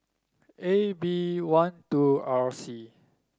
A B one two R C